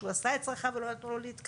שהוא עשה את צרכיו ולא נתנו לו להתקלח,